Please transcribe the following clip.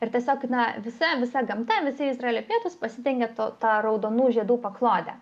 ir tiesiog na visa visa gamta visi izraelio pietūs pasidengia to ta raudonų žiedų paklode